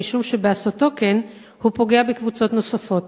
משום שבעשותו כן הוא פוגע בקבוצות נוספות.